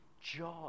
joy